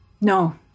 No